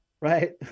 right